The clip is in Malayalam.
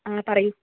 ആ പറയൂ